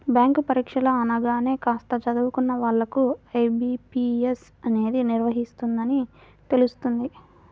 bank పరీక్షలు అనగానే కాస్త చదువుకున్న వాళ్ళకు ఐ.బీ.పీ.ఎస్ అనేది నిర్వహిస్తుందని తెలుస్తుంది